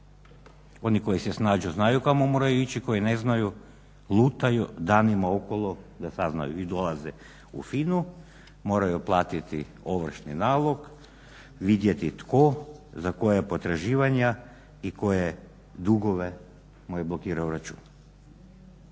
oni koji se snađu znaju kamo moraju ići koji ne znaju lutaju danima okolo da saznaju i dolaze u FINA-u moraju platiti ovršni nalog, vidjeti tko za koja potraživanja i koje dugove mu je blokirao račun.